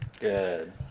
Good